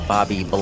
Bobby